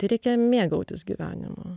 tai reikia mėgautis gyvenimu